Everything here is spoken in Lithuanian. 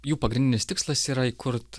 jų pagrindinis tikslas yra įkurt